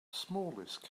smallest